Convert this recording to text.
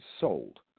sold